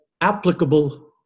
applicable